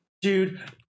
Dude